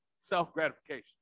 self-gratification